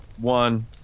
one